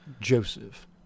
Joseph